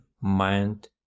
mind